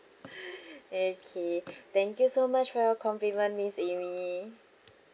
okay thank you so much for your compliment miss amy